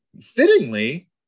Fittingly